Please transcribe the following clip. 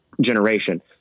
generation